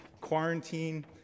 quarantine